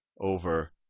over